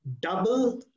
Double